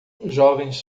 jovens